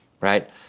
Right